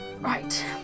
Right